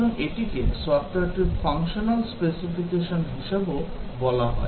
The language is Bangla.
সুতরাং এটিকে সফ্টওয়্যারটির ফাংশনাল স্পেসিফিকেশন হিসাবও বলা হয়